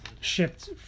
shipped